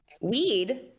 weed